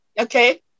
Okay